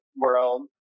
world